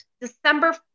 December